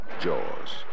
Jaws